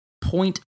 point